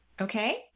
Okay